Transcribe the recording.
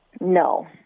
no